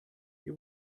you